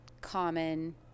common